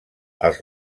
els